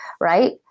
right